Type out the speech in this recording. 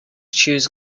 chose